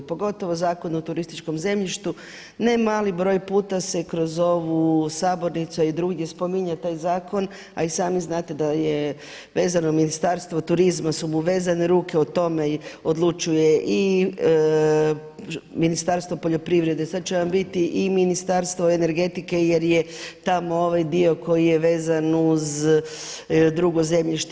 Pogotovo Zakon o turističkom zemljištu, ne mali broj puta se kroz ovu sabornicu i drugdje spominje taj zakon, a i sami znate da je vezano Ministarstvo turizma su mu vezane ruke, o tome odlučuje i Ministarstvo poljoprivrede, sad će vam biti i Ministarstvo energetike jer je tamo ovaj dio koji je vezan uz drugo zemljište.